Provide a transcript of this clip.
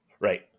Right